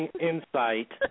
insight